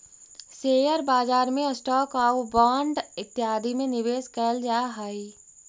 share बाजार में stock आउ बांड इत्यादि में निवेश कैल जा हई